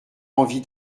envie